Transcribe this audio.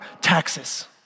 taxes